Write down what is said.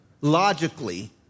logically